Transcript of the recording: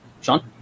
Sean